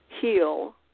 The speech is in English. heal